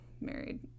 married